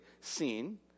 seen